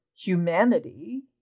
humanity